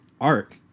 art